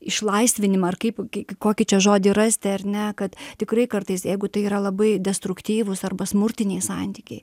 išlaisvinimą ar kaip kokį čia žodį rasti ar ne kad tikrai kartais jeigu tai yra labai destruktyvūs arba smurtiniai santykiai